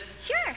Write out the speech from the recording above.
Sure